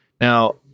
Now